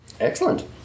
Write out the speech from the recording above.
Excellent